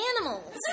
animals